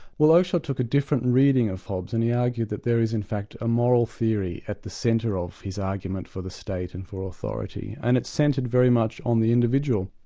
well oakeshott took a different reading of hobbes, and he argued that there is in fact a moral moral theory at the centre of his argument for the state and for authority, and it centred very much on the individual.